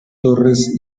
torres